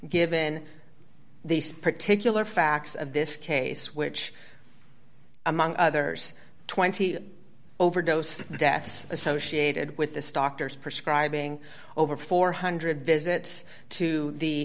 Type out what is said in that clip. given these particular facts of this case which among others twenty overdose deaths associated with this doctors prescribing over four hundred visits to the